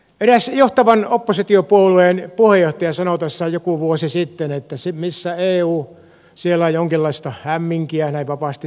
eräs johtavan oppositiopuolueen puheenjohtaja sanoi tässä joku vuosi sitten että missä eu siellä jonkinlaista hämminkiä näin vapaasti suomennettuna